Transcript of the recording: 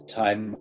time